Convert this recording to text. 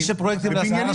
מי שהוא פרויקט להשכרה,